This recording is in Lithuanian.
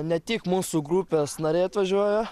ne tik mūsų grupės nariai atvažiuoja